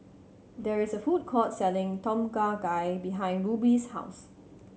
there is a food court selling Tom Kha Gai behind Ruby's house